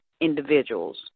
individuals